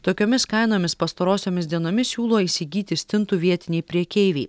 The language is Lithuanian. tokiomis kainomis pastarosiomis dienomis siūlo įsigyti stintų vietiniai prekeiviai